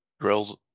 drills